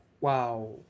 Wow